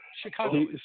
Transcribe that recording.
Chicago